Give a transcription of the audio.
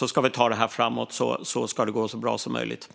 Vi ska ta det här framåt, så ska det gå så bra som möjligt.